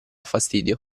fastidio